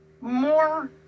more